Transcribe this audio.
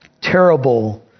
terrible